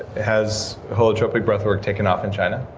has holotropic breathwork taken off in china?